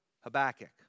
Habakkuk